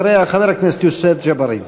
אחריה, חבר הכנסת יוסף ג'בארין.